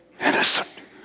innocent